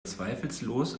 zweifellos